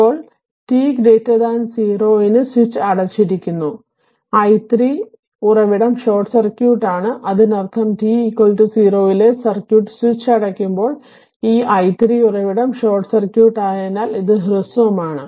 ഇപ്പോൾ t 0 ന് switch അടച്ചിരിക്കുന്നു അതിനാൽ i3 ഉറവിടം ഷോർട്ട് സർക്യൂട്ട് ആണ് അതിനർത്ഥം t 0 ലെ സർക്യൂട്ട് സ്വിച്ച് അടയ്ക്കുമ്പോൾ ഈ i3 ഉറവിടം ഷോർട്ട് സർക്യൂട്ട് ആയതിനാൽ ഇത് ഹ്രസ്വമാണ്